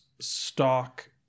stock